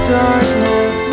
darkness